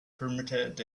permitted